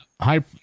high